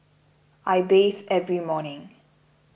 I bathe every morning